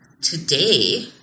today